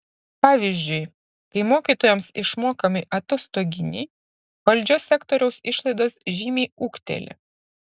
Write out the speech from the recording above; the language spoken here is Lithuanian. pavyzdžiui kai mokytojams išmokami atostoginiai valdžios sektoriaus išlaidos žymiai ūgteli